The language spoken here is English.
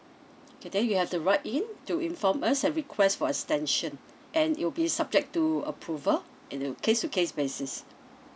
okay then you have to write in to inform us and request for extension and it'll be subject to approval in a case to case basis